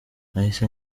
nahise